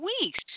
weeks